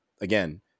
again